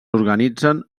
organitzen